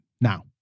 now